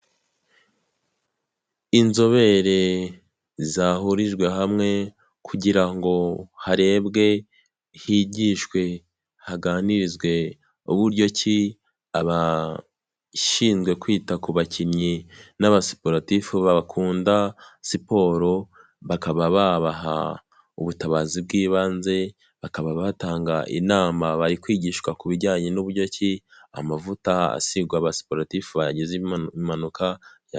Inzobere zahurijwe hamwe kugira ngo harebwe, higishwe haganirizwe, uburyo ki abashinzwe kwita ku bakinnyi n'abasiporotifu bakunda siporo, bakaba babaha ubutabazi bw'ibanze, bakaba batanga inama, bari kwigishwa ku bijyanye n'uburyo ki amavuta asigwa abasiporotifu bagize impanuka ya...